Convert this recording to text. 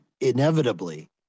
inevitably